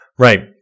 Right